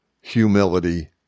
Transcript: humility